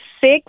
six